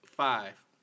Five